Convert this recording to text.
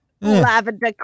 lavender